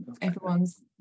Everyone's